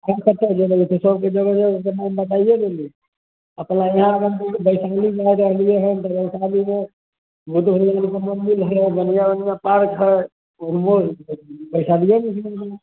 हमसब चैलि जेबै तऽ सब कोइ जेबै से तऽ मन बनाइए लेलियै अपना इहाँ बरहमपुर बैशालीमे रहलियै हन तऽ बैशालीमे दू दू जगह एगो मन्दिर है बढ़िऑं बढ़िऑं पार्क है ओहिमे बैशालिएमे घुमा देब